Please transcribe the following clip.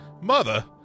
mother